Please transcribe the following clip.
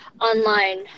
online